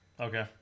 Okay